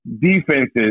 defenses